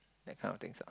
that kind of things lah